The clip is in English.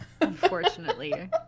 Unfortunately